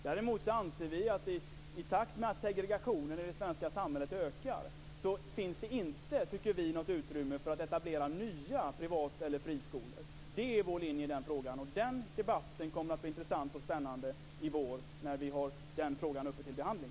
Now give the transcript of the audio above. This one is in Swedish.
Däremot anser vi att i takt med att segregationen i det svenska samhället ökar finns det inte något utrymme för att etablera nya privatskolor eller friskolor. Det är vår linje i den frågan. Den debatten kommer att bli intressant och spännande i vår när vi har den frågan uppe till behandling.